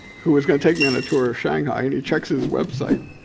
who was gonna take me on a tour of shanghai and he checks his website.